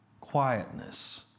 Quietness